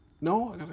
No